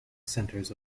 centres